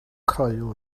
croyw